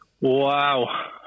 Wow